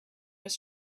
his